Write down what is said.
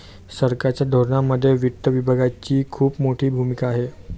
सरकारच्या धोरणांमध्ये वित्त विभागाचीही खूप मोठी भूमिका आहे